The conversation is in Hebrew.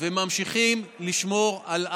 וממשיכים לשמור על R,